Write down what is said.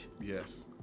Yes